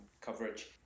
coverage